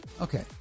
Okay